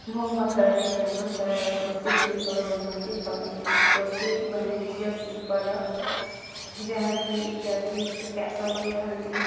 ମୋ ମତରେ ଗ୍ରାମାଞ୍ଚଳର କୃଷି ଶିଳ୍ପର ଉନ୍ନତି ପାଇଁ କୃଷି ବାଣିଜ୍ୟ ଶିଳ୍ପର ଯାହାକି ଇତ୍ୟାଦି ସେ ଚାଷ କରିଥାନ୍ତି